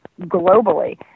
globally